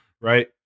right